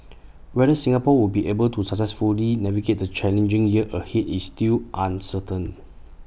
whether Singapore will be able to successfully navigate the challenging year ahead is still uncertain